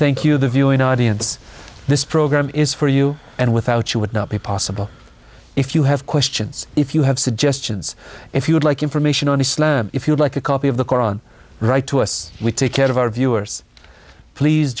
thank you the viewing audience this program is for you and without you would not be possible if you have questions if you have suggestions if you would like information on islam if you'd like a copy of the koran write to us we take care of our viewers please